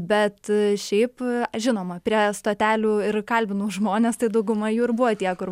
bet šiaip žinoma prie stotelių ir kalbinau žmones tai dauguma jų ir buvo tie kur